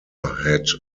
had